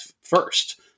first